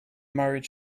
married